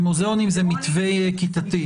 למוזיאונים זה מתווה כיתתי.